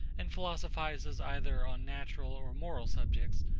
and philosophises either on natural or moral subjects,